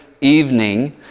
evening